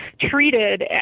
treated